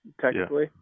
technically